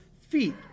feet